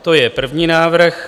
To je první návrh.